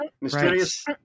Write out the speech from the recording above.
Mysterious